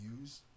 use